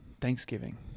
Thanksgiving